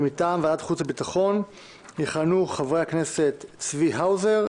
ומטעם ועדת החוץ והביטחון יכהנו חברי הכנסת צבי האוזר,